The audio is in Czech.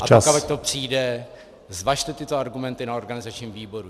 A pokud to přijde, zvažte tyto argumenty na organizačním výboru.